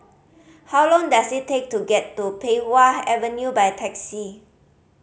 how long does it take to get to Pei Wah Avenue by taxi